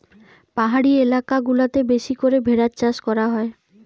পাহাড়ি এলাকা গুলাতে বেশি করে ভেড়ার চাষ করা হয়